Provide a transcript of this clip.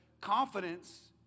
confidence